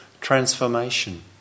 transformation